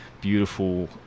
beautiful